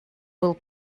был